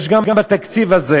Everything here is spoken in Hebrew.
יש בתקציב הזה